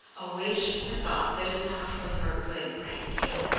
a wish or thought that is not for your good, bright may!